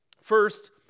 First